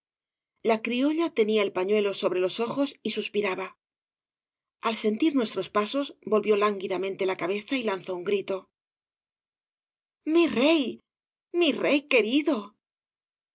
la criolla tenía el pañuelo sobre los ojos y suspiraba al sentir nuestros pasos volvió lánguidamente la cabeza y lanzó un grito mi reyl mi rey querido